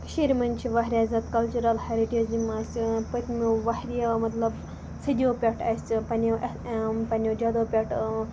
کٔشیٖرِ منٛز چھِ واریاہ زیادٕ کَلچَرَل ہیٚرِٹیج یِم اَسہِ پٔتۍمیو واریاہو مطلب صدیو پٮ۪ٹھ اَسہِ پنٛنیو جَدَو پٮ۪ٹھ